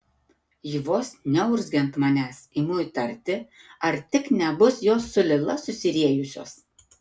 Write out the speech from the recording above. ji vos neurzgia ant manęs imu įtarti ar tik nebus jos su lila susiriejusios